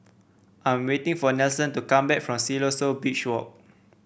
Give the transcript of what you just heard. I'm waiting for Nelson to come back from Siloso Beach Walk